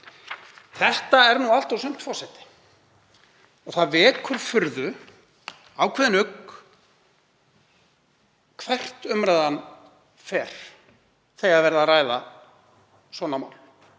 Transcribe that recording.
Þetta er nú allt og sumt, forseti. Það vekur furðu og ákveðinn ugg hvert umræðan fer þegar verið er að ræða svona mál.